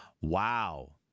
Wow